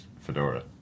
fedora